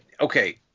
okay